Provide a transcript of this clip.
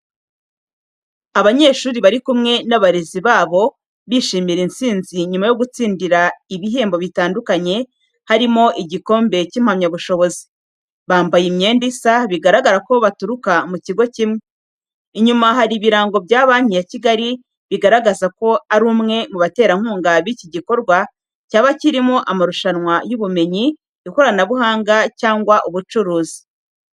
Abanyeshuri bari kumwe n’abarezi babo bishimira intsinzi nyuma yo gutsindira ibihembo bitandukanye, harimo igikombe n'impamyabushobozi. Bambaye imyenda isa, bigaragaza ko baturuka mu kigo kimwe. Inyuma hari ibirango bya Banki ya Kigali, bigaragaza ko ari umwe mu baterankunga b’iki gikorwa cyaba cyarimo amarushanwa y’ubumenyi, ikoranabuhanga cyangwa ubucuruzi.